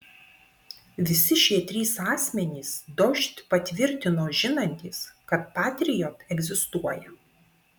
visi šie trys asmenys dožd patvirtino žinantys kad patriot egzistuoja